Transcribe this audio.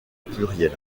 pluriel